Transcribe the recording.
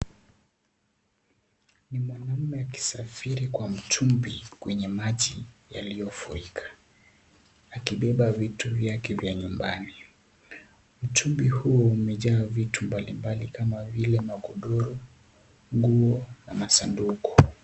Ni mwanamme akisafiri kwa mtumbi kwenye maji yaliyofurika akibeba vitu vyake vya nyumbani, mtumbi huo umejaa vitu mbali mbali kama vile magodoro, nguo ama sanduku.